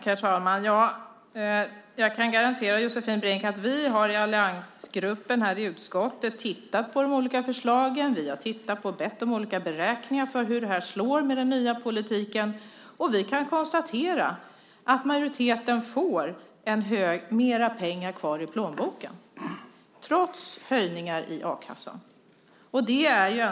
Herr talman! Jag kan garantera Josefin Brink att vi i alliansgruppen i utskottet har tittat på de olika förslagen. Vi har bett om olika beräkningar för hur den nya politiken slår. Vi kan konstatera att majoriteten får mer pengar kvar i plånboken, trots höjningar i a-kassan.